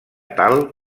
tal